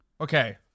Okay